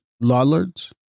Lollards